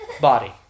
body